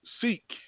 seek